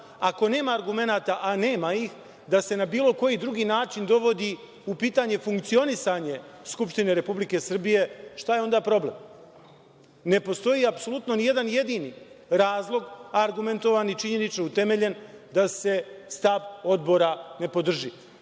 ako nema argumenta, a nema ih, da se na bilo koji drugi način dovodi u pitanje funkcionisanje Skupštine Republike Srbije, šta je onda problem. Ne postoji apsolutno ni jedan jedini razlog argumentovani, činjenično utemeljen, da se stav Odbora ne podrži. Zbog